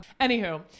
Anywho